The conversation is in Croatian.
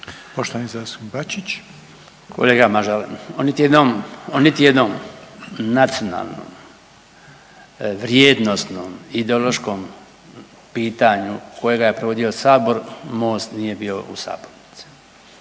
**Bačić, Branko (HDZ)** Kolega Mažar, on niti jedno nacionalnom, vrijednosnom ideološkom pitanju kojega je provodio Sabor Most nije bio u sabornici.